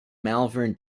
malvern